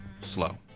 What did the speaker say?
slow